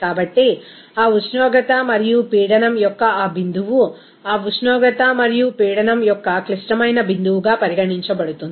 కాబట్టి ఆ ఉష్ణోగ్రత మరియు పీడనం యొక్క ఆ బిందువు ఆ ఉష్ణోగ్రత మరియు పీడనం యొక్క క్లిష్టమైన బిందువుగా పరిగణించబడుతుంది